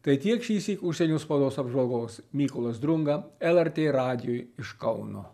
tai tiek šįsyk užsienio spaudos apžvalgos mykolas drunga lrt radijui iš kauno